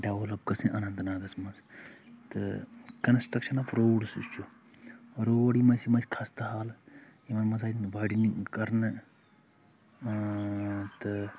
develop گژھٕنۍ اننت ناگَس منٛز تہٕ کَنَسٹرٛکشَن آف روڑس یُس چھُ روڑ یِم ٲسۍ یِم ٲسۍ خستہٕ حال یِمَن منٛز آیہِ وایڈٕنِنٛگ کَرنہٕ تہٕ